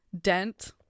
dent